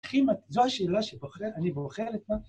נתחיל עם, זו השאלה שבוחרת, אני בוחר בה...